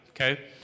Okay